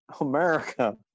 America